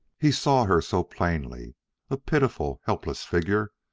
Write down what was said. he saw her so plainly a pitiful, helpless figure,